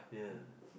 yeah